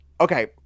Okay